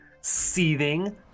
seething